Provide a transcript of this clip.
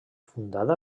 fundada